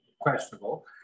questionable